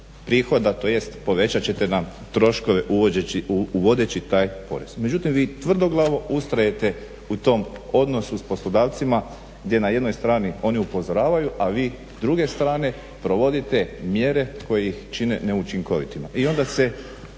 prihoda tj. povećat ćete nam troškove uvodeći taj porez. Međutim, vi tvrdoglavo ustrajete u tom odnosu s poslodavcima gdje na jednoj strani oni upozoravaju, a vi s druge strane provodite mjere koje ih čine neučinkovitima i onda se